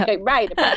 Right